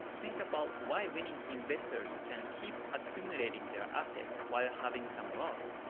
think about why winning investors can keep accumulating their asset while having some loss.